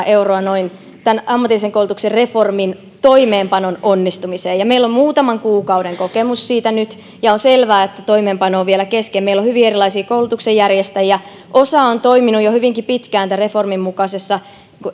euroa tämän ammatillisen koulutuksen reformin toimeenpanon onnistumiseen meillä on muutaman kuukauden kokemus siitä nyt ja on selvää että toimeenpano on vielä kesken meillä on hyvin erilaisia koulutuksen järjestäjiä osa on toiminut jo hyvinkin pitkään tämän reformin mukaisessa